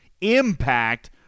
impact